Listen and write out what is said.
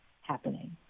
happening